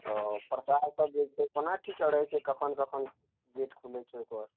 ओ प्रसाद सब जे छै कोना की चढ़ै छै कखन कखन गेट खुलै छै ओकर